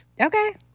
Okay